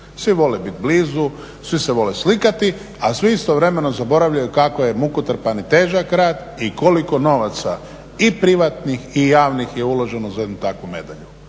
Svi vole biti blizu, svi se vole slikati, a svi istovremeno zaboravljaju kako je mukotrpan i težak rad i koliko novaca i privatnih i javnih je uloženo za jednu takvu medalju.